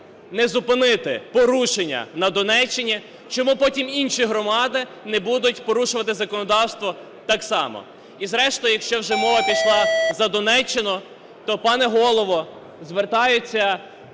не зупинити порушення на Донеччині, чому потім інші громади не будуть порушувати законодавство так само? І зрештою, якщо вже мова пішла за Донеччину, то, пане Голово, звертаються